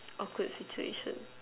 awkward situation